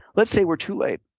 let's say we're too late.